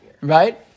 right